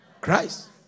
Christ